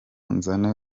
nzane